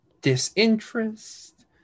disinterest